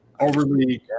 overly